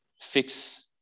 fix